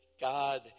God